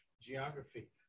geography